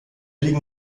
liegen